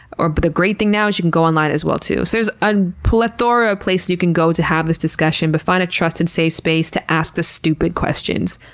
or, the great thing now is, you can go online as well, too. so, there's a plethora of you can go to have this discussion, but find a trusted safe space to ask the stupid questions.